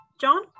John